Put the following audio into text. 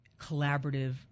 collaborative